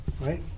Right